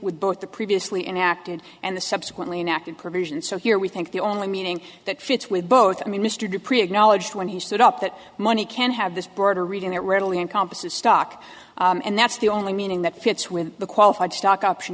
with both the previously enacted and the subsequently inactive provision so here we think the only meaning that fits with both i mean mr dupree acknowledged when he stood up that money can have this broader reading that readily encompasses stock and that's the only meaning that fits with the qualified stock option